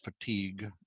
fatigue